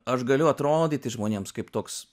aš galiu atrodyti žmonėms kaip toks